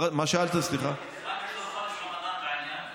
מה הקשר של הרמדאן לעניין הזה?